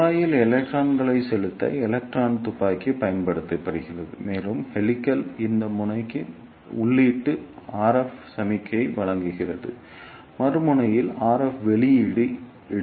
எனவே குழாயில் எலக்ட்ரான்களை செலுத்த எலக்ட்ரான் துப்பாக்கி பயன்படுத்தப்படுகிறது மற்றும் ஹெலிக்ஸின் இந்த முனைக்கு உள்ளீட்டு ஆர்எஃப் சமிக்ஞை வழங்கப்படுகிறது மறுமுனையில் ஆர்எஃப் வெளியீடு எடுக்கப்படுகிறது